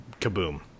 kaboom